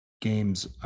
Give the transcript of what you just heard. games